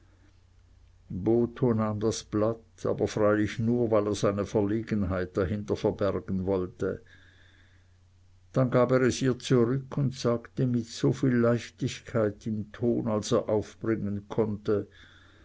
nahm das blatt aber freilich nur weil er seine verlegenheit dahinter verbergen wollte dann gab er es ihr zurück und sagte mit soviel leichtigkeit im ton als er aufbringen konnte